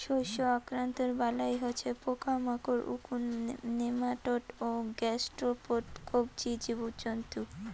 শস্য আক্রান্তর বালাই হসে পোকামাকড়, উকুন, নেমাটোড ও গ্যাসস্ট্রোপড কবচী জীবজন্তু